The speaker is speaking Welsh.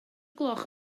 gloch